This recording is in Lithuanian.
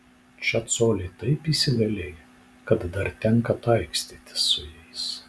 čia coliai taip įsigalėję kad dar tenka taikstytis su jais